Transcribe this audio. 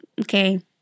okay